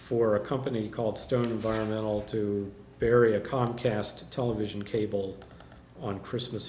four a company called stone environmental to bury a car cast a television cable on christmas